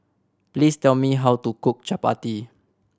please tell me how to cook Chapati